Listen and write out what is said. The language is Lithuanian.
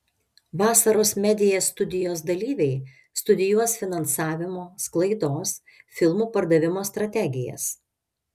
vasaros media studijos dalyviai studijuos finansavimo sklaidos filmų pardavimo strategijas